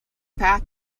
path